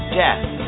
death